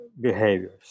behaviors